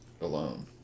alone